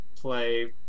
play